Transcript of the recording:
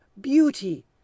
beauty